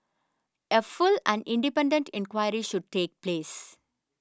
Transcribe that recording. a full and independent inquiry should take place